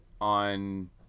on